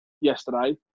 yesterday